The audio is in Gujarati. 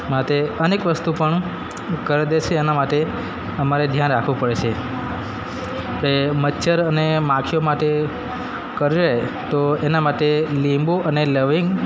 માટે અનેક વસ્તુ પણ કરડે છે એના માટે અમારે ધ્યાન રાખવું પડે છે કે મચ્છર અને માખીઓ માંથી કરડે તો એના માટે લિંબુ અને લવિંગ